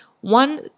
One